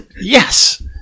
Yes